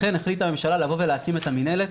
לכן החליטה הממשלה להקים את המנהלת.